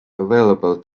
available